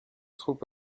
troupes